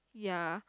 ya